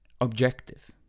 objective